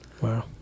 Wow